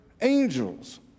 angels